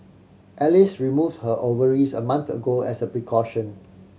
Alice removed her ovaries a month ago as a precaution